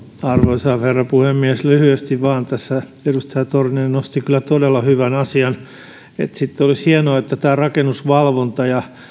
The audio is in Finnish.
arvoisa herra puhemies lyhyesti vain tässä edustaja torniainen nosti kyllä todella hyvän asian että olisi hienoa että rakennusvalvonta ja